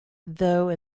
though